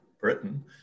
Britain